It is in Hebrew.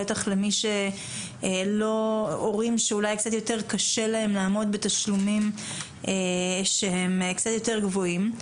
בטח להורים שאולי קצת יותר קשה להם לעמוד בתשלומים שהם יותר גבוהים.